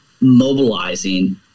mobilizing